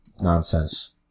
nonsense